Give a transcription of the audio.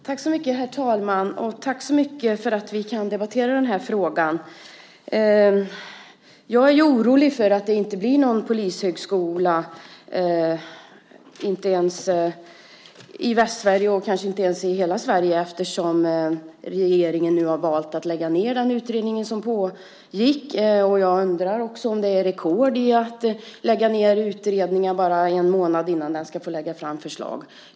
Herr talman! Tack så mycket för att vi får möjlighet att debattera den här frågan. Jag är orolig för att det inte blir någon polishögskola i Västsverige och kanske inte ens i Sverige över huvud taget eftersom regeringen nu har valt att lägga ned den utredning som pågått. Jag undrar om det är rekord att lägga ned en utredning bara en månad innan den skulle ha lagt fram sitt förslag.